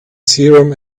serum